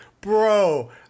Bro